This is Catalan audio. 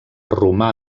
romà